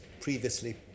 previously